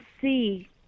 see